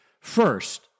First